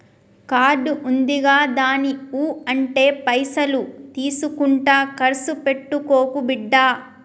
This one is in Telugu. కార్డు ఉందిగదాని ఊ అంటే పైసలు తీసుకుంట కర్సు పెట్టుకోకు బిడ్డా